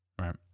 Right